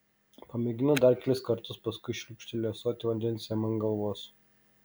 pamėginu dar kelis kartus paskui šliūkšteliu ąsotį vandens jam ant galvos